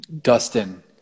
Dustin